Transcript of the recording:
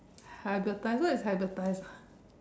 hybridiser is hybridise ah